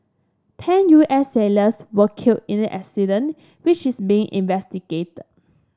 ten U S sailors were killed in the accident which is being investigated